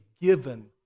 given